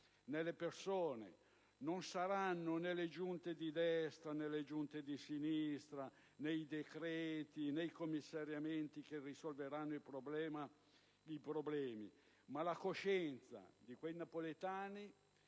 nelle persone. Non saranno né le giunte di destra, né di sinistra, né i decreti, né i commissariamenti che risolveranno i problemi, ma la coscienza dei napoletani,